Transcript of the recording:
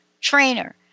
Trainer